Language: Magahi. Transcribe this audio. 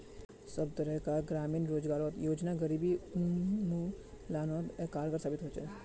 सब तरह कार ग्रामीण रोजगार योजना गरीबी उन्मुलानोत कारगर साबित होछे